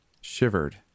shivered